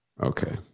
Okay